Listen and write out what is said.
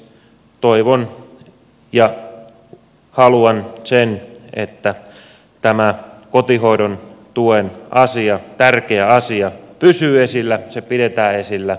toivon ja haluan että tämä kotihoidon tuen asia tärkeä asia pysyy esillä se pidetään esillä